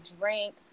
drink